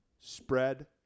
spread